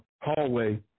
hallway